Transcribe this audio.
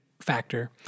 factor